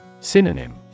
Synonym